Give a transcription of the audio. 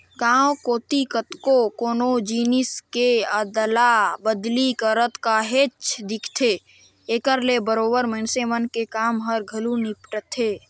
गाँव कोती कतको कोनो जिनिस के अदला बदली करत काहेच दिखथे, एकर ले बरोबेर मइनसे मन के काम हर घलो निपटथे